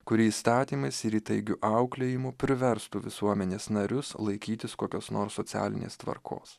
kuri įstatymais ir įtaigiu auklėjimu priverstų visuomenės narius laikytis kokios nors socialinės tvarkos